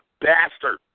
Bastard